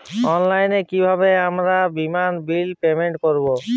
অনলাইনে কিভাবে আমার বীমার বিল পেমেন্ট করবো?